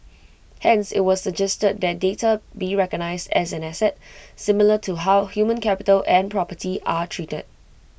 hence IT was suggested that data be recognised as an asset similar to how human capital and property are treated